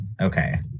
Okay